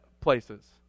places